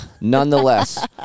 nonetheless